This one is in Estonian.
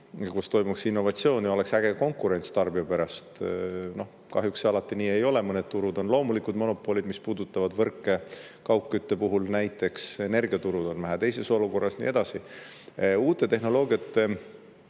kus toimuks innovatsioon ja oleks äge konkurents tarbija pärast. Kahjuks see alati nii ei ole, mõned turud on loomulikud monopolid, mis puudutavad võrke – kaugkütte puhul näiteks. Energiaturud on vähe teises olukorras ja nii edasi. Uute tehnoloogiate